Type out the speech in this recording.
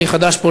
אני חדש פה,